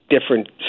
different